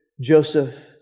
Joseph